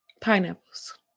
pineapples